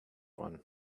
one